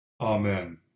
Amen